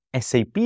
SAP